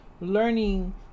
learning